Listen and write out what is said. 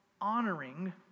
honoring